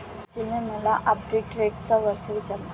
सुशीलने मला आर्बिट्रेजचा अर्थ विचारला